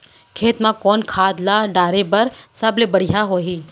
खेत म कोन खाद ला डाले बर सबले बढ़िया होही?